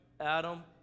Adam